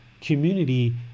community